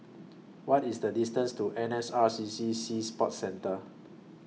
What IS The distance to N S R C C Sea Sports Centre